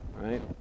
right